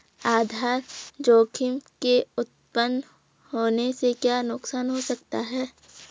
आधार जोखिम के उत्तपन होने से क्या नुकसान हो सकता है?